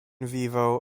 vivo